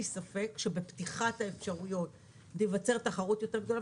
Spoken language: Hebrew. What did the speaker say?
ספק שבפתיחת האפשרויות תיווצר תחרות יותר גדולה.